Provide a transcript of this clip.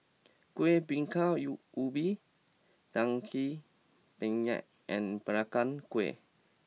Kuih Bingka U Ubi Daging Penyet and Peranakan Kueh